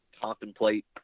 contemplate